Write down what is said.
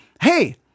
hey